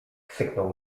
syknął